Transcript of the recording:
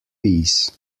peas